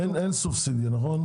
היום אין סובסידיה, נכון?